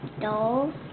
dolls